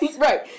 Right